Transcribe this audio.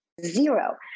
zero